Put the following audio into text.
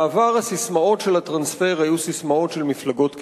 בעבר הססמאות של הטרנספר היו ססמאות של מפלגות קיצוניות.